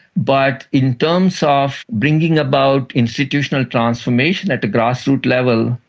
but in terms ah of bringing about institutional transformation at the grassroot level,